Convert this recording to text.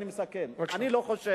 אני מסכם, אני לא חושב